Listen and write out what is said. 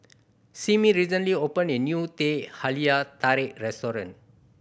Simmie recently opened a new Teh Halia Tarik restaurant